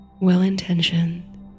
well-intentioned